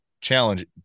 challenge